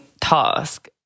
task